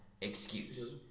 excuse